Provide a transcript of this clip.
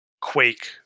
Quake